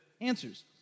answers